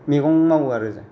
मैगं मावो आरो जों